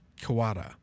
Kawada